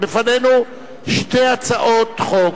לפנינו שתי הצעות חוק,